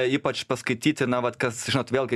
ypač paskaityti na vat kas žinot vėlgi